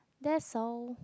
that's all